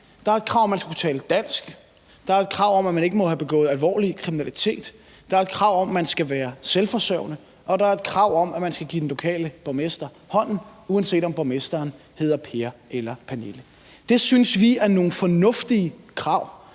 Der er et krav om, at man skal kunne tale dansk; der er et krav om, at man ikke må have begået alvorlig kriminalitet; der er et krav om, at man skal være selvforsørgende; og der er et krav om, at man skal give den lokale borgmester hånden, uanset om borgmesteren hedder Per eller Pernille. Det synes vi er nogle fornuftige krav,